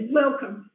welcome